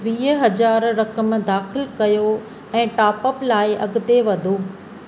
वीह हज़ार रक़म दाखि़लु कयो ऐं टॉप अप लाइ अॻिते वधो